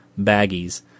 baggies